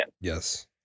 Yes